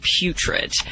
putrid